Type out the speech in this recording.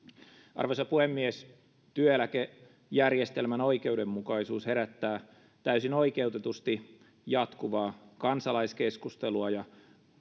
arvoisa puhemies työeläkejärjestelmän oikeudenmukaisuus herättää täysin oikeutetusti jatkuvaa kansalaiskeskustelua ja